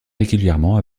régulièrement